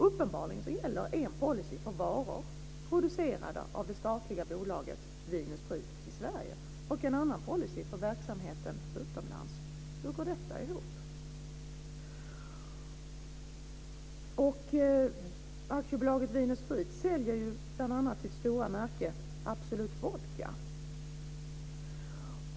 Uppenbarligen gäller en policy för varor producerade av det statliga bolaget Vin & Sprit i Sverige och en annan policy för verksamheten utomlands. Hur går detta ihop? Aktiebolaget Vin & Sprit säljer bl.a. det stora märket Absolut Vodka.